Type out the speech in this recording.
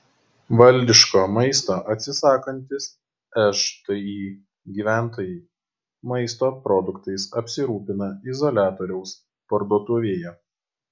valdiško maisto atsisakantys šti gyventojai maisto produktais apsirūpina izoliatoriaus parduotuvėje